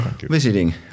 visiting